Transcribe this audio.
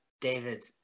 David